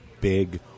big